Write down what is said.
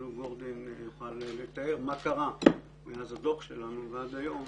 שתת-אלוף גורדין יוכל לתאר מה קרה מאז הדוח שלנו ועד היום